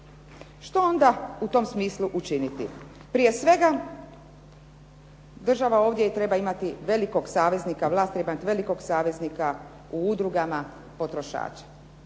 Što onda u tom smislu učiniti? Prije svega, država ovdje treba imati velikog saveznika, vlast treba imat velikog saveznika u udrugama potrošača.